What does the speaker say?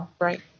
Right